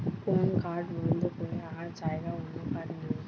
কোন কার্ড বন্ধ করে তার জাগায় অন্য কার্ড নেব